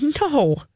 No